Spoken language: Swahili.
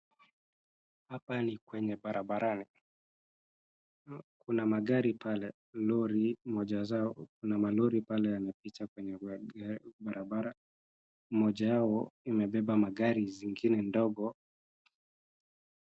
Hapa ni kwenye barabarani, kuna magari pale ,lori ,moja zao malori pale yanapita kwenye barabara moja yao imebeba magari ingine ndogo.